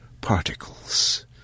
particles